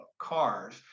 cars